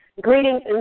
Greetings